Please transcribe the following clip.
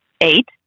Eight